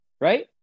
right